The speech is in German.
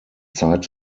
zeit